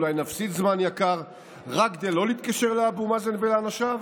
אולי נפסיד זמן יקר רק לא להתקשר לאבו מאזן ולאנשיו,